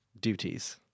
duties